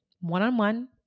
one-on-one